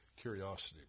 curiosity